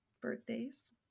birthdays